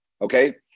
okay